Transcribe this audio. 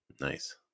Nice